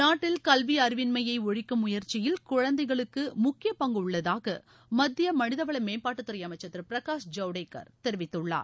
நாட்டில் அறிவின்மையை ஒழிக்கும் முயற்சியில் குழந்தைகளுக்கு முக்கிய பங்கு உள்ளதாக மத்திய மனித வள மேம்பாட்டுத்துறை அமைச்சர் திரு பிரகாஷ் ஜவடேகர் தெரிவித்துள்ளார்